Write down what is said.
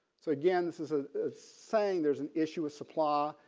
so again this is a saying there's an issue of supply.